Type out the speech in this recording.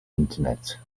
internet